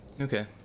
okay